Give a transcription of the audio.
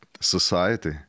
society